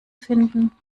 finden